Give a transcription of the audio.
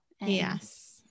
Yes